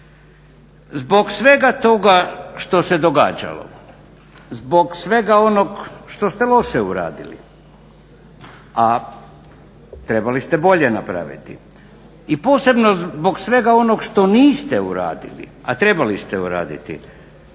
Zbog svega toga što se događalo, zbog svega onog što ste loše uradili, a trebali ste bolje napraviti i posebno zbog svega onog što niste uradili, a trebali ste uraditi,